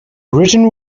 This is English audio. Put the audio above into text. written